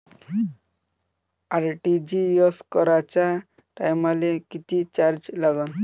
RTGS कराच्या टायमाले किती चार्ज लागन?